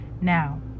Now